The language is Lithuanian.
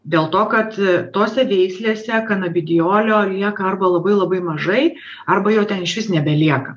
dėl to kad tose veislėse kanabidijolio lieka arba labai labai mažai arba jo ten išvis nebelieka